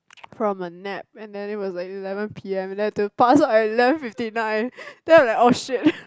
from a nap and then it was like eleven P_M and I pass out at eleven fifty nine then I was like oh shit